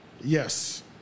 Yes